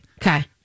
Okay